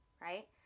right